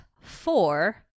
four